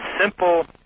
simple